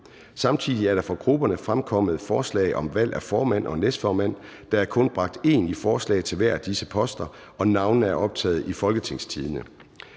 Samtidig er der fra grupperne fremkommet forslag om valg af formand og næstformand. Der er kun bragt én i forslag til hver af disse poster, og navnene kan findes på www.folketingstidende.dk.